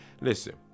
listen